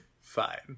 fine